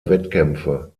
wettkämpfe